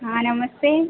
हाँ नमस्ते